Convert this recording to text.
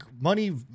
money